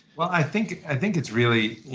well, i think i think it's really,